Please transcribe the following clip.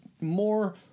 more